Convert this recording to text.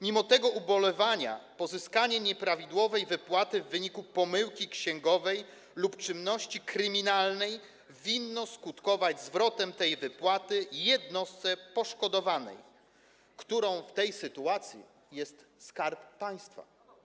Mimo tego ubolewania pozyskanie nieprawidłowej wypłaty w wyniku pomyłki księgowej lub czynności kryminalnej winno skutkować zwrotem tej wypłaty jednostce poszkodowanej, którą w tej sytuacji jest Skarb Państwa.